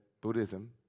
Buddhism